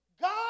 God